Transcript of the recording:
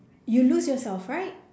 you lose yourself right